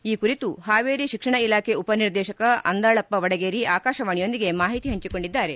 ಈ ಕುರಿತು ಹಾವೇರಿ ಶಿಕ್ಷಣ ಇಲಾಖೆ ಉಪನಿರ್ದೇಶಕ ಅಂದಾಳಪ್ಪ ವಡಗೇರಿ ಆಕಾಶವಾಣಿಯೊಂದಿಗೆ ಮಾಹಿತಿ ಹಂಚಿಕೊಂಡಿದ್ದಾರೆ